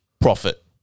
profit